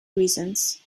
reasons